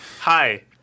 hi